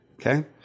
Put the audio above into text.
okay